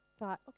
thought